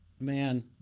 Man